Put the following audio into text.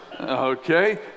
Okay